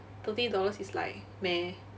thirty dollars is like meh